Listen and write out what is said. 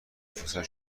فرصت